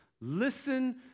Listen